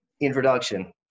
introduction